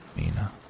Mina